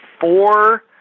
four